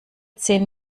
zehn